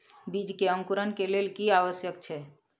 बीज के अंकुरण के लेल की आवश्यक छै?